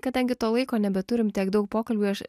kadangi to laiko nebeturim tiek daug pokalbiui aš